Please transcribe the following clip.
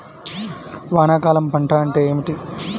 వానాకాలం పంట అంటే ఏమిటి?